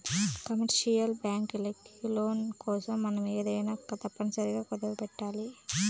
commercial బ్యాంకులకి loan కోసం మనం ఏమైనా తప్పనిసరిగా కుదవపెట్టాలి